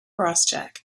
crosscheck